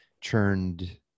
churned